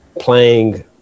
playing